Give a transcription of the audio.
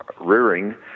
rearing